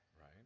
right